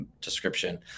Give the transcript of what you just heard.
description